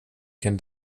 can